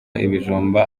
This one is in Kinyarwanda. ibijumba